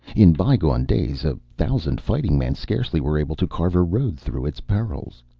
in bygone days a thousand fighting-men scarcely were able to carve a road through its perils.